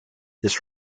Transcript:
this